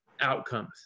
Outcomes